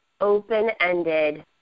open-ended